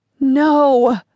No